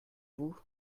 vous